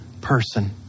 person